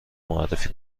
معرفی